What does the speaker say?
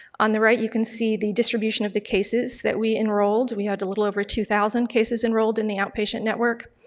on the right you can see the distribution of the cases that we enrolled. we had a little over two thousand cases enrolled in the outpatient network,